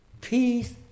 peace